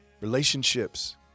Relationships